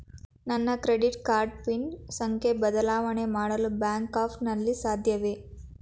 ನನ್ನ credit card PIN ಸಂಖ್ಯೆ ಬದಲಾವಣೆ ಮಾಡಲು ಬ್ಯಾಂಕ್ ಆ್ಯಪ್ ನಲ್ಲಿ ಸಾಧ್ಯವೇ?